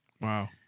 Wow